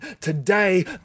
today